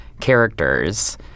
characters